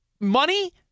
money